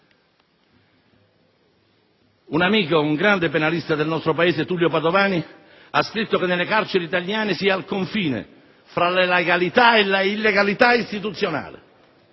Un amico e un grande penalista del nostro Paese, Tullio Padovani, ha scritto che nelle carceri italiane si è al confine fra la legalità e la illegalità istituzionale.